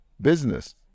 business